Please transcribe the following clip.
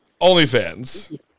OnlyFans